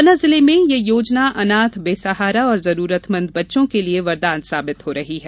पन्ना जिले में ये योजना अनाथ बेसहारा और जरूरतमंद बच्चों के लिए वरदान साबित हो रही है